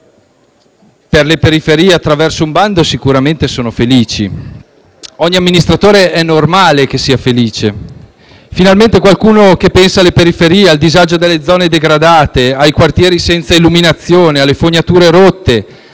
per le periferie attraverso un bando, sicuramente sono felici. È normale che ogni amministratore sia felice: finalmente qualcuno che pensa alle periferie, al disagio delle zone degradate, ai quartieri senza illuminazione, alle fognature rotte,